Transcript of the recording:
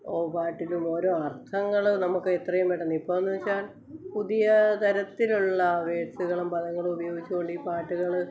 പാട്ടിലും ഓരോ അര്ത്ഥങ്ങള് നമുക്കെത്രയും പെട്ടെന്ന് ഇപ്പോന്ന് വെച്ചാൽ പുതിയ തരത്തിലുള്ള വേട്സുകളും പദങ്ങളും ഉപയോഗിച്ചുകൊണ്ട് ഈ പാട്ട്കള്